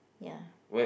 ya